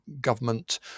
government